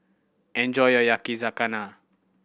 enjoy your Yakizakana